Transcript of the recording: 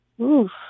Oof